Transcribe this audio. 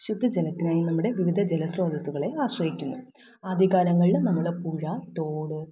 ശുദ്ധജലത്തിനായി നമ്മുടെ വിവിധ ജലസ്രോതസ്സുകളെ ആശ്രയിക്കുന്നു ആദ്യകാലങ്ങളിൽ നമ്മുടെ പുഴ തോട്